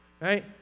Right